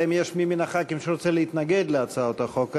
אלא אם יש מי מחברי הכנסת שרוצים להתנגד להצעות החוק האלה.